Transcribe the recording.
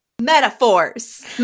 metaphors